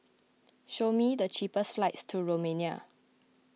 show me the cheapest flights to Romania